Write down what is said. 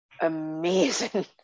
amazing